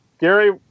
Gary